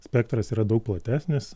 spektras yra daug platesnis